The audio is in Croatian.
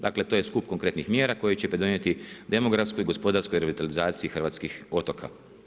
Dakle to je skup konkretnih mjera koje će pridonijeti demografskoj, gospodarskoj revitalizaciji hrvatskih otoka.